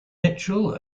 mitchell